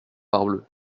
parbleu